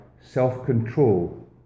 self-control